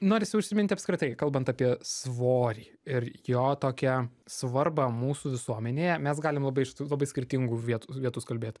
norisi užsiminti apskritai kalbant apie svorį ir jo tokią svarbą mūsų visuomenėje mes galim labai iš tų labai skirtingų vietų vietos kalbėt